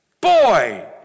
Boy